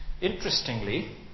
interestingly